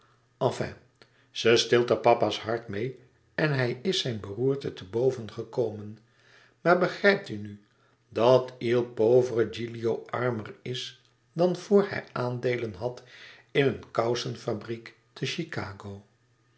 enfin ze steelt er papa's hard meê en hij is zijn beroerte te boven gekomen maar begrijpt u nu dat il povero gilio armer is dan voor hij aandeelen had in een kousenfabriek te chicago